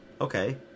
okay